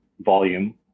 volume